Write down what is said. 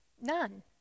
None